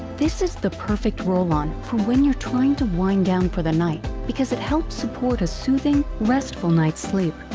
this is the perfect roll on for when you're trying to wind down for the night because it helps support a soothing, restful night's sleep.